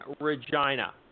Regina